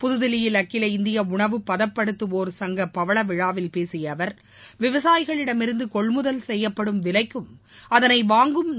புதுதில்லியில் அகில இந்திய உணவுப்பதப்படுத்துவோர் சங்க பவள விழாவில் பேசிய விவசாயிகளிடமிருந்து கொள்முதல் செய்யப்படும் விலைக்கும் அதனை வாங்கும் அவர்